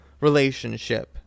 relationship